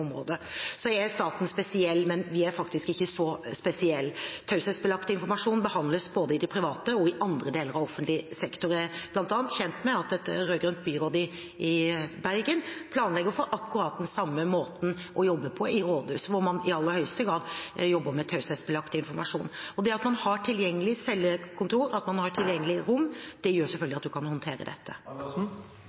området. Så er statens virksomhet spesiell – men faktisk ikke så spesiell. Taushetsbelagt informasjon behandles både i privat og i offentlig sektor. Jeg er bl.a. kjent med at et rød-grønt byråd i Bergen planlegger å få akkurat den samme måten å jobbe på i rådhuset, der man i aller høyeste grad jobber med taushetsbelagt informasjon. Det at man har cellekontorer og rom tilgjengelig, gjør selvfølgelig at man kan håndtere dette. Når forskningen viser at effektiviteten kan